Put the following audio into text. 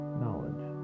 knowledge